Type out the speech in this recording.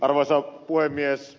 arvoisa puhemies